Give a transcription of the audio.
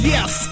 Yes